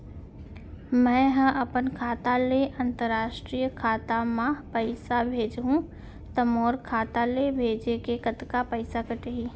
मै ह अपन खाता ले, अंतरराष्ट्रीय खाता मा पइसा भेजहु त मोर खाता ले, भेजे के कतका पइसा कटही?